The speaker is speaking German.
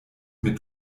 mir